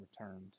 returned